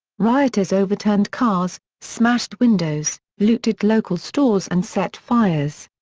rioters overturned cars, smashed windows, looted local stores and set fires.